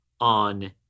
on